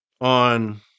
on